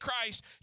Christ